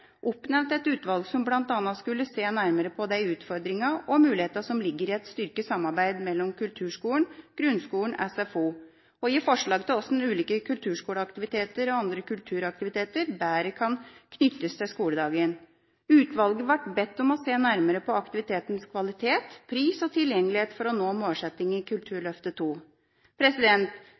oppnevnt et utvalg som bl.a. skulle se nærmere på de utfordringene og de mulighetene som ligger i et styrket samarbeid mellom kulturskolen, grunnskolen og SFO, og gi forslag til hvordan ulike kulturskoleaktiviteter og andre kulturaktiviteter bedre kan knyttes til skoledagen. Utvalget ble bedt om å se nærmere på aktivitetenes kvalitet, pris og tilgjengelighet for å nå målsettingen i Kulturløftet